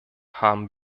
haben